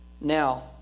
Now